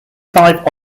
five